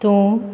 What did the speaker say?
तूं